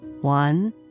One